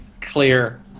clear